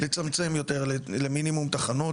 לצמצם יותר למינימום תחנות.